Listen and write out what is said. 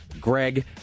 Greg